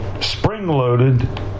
spring-loaded